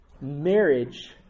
Marriage